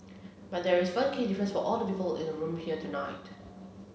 but there is one key difference for all the people in the room here tonight